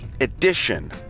edition